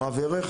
הוא רב ערך,